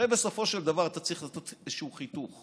הרי בסופו של דבר אתה צריך לעשות איזשהו חיתוך.